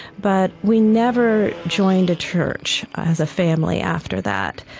but we never joined a church as a family after that.